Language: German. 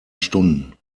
stunden